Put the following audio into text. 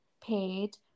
paid